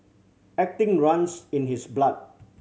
acting runs in his blood